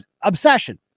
obsession